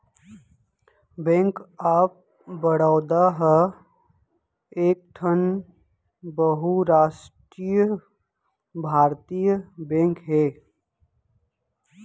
bank of Baroda ह एकठन बहुरास्टीय भारतीय बेंक हे